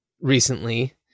recently